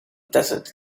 desert